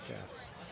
yes